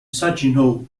saginaw